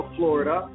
Florida